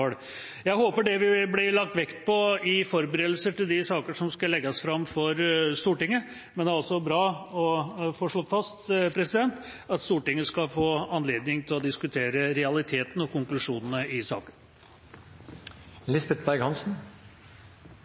Jeg håper det vil bli lagt vekt på dette i forberedelsene til de sakene som skal legges fram for Stortinget, men det er også bra å få slått fast at Stortinget skal få anledning til å diskutere realitetene og konklusjonene i